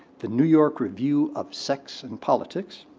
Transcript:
the new york review of sex and politics,